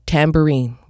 Tambourine